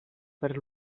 per